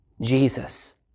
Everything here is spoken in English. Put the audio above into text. Jesus